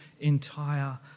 entire